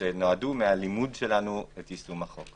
שנועדו מהלימוד שלנו את יישום החוק